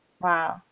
Wow